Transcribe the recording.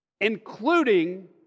including